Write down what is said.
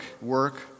work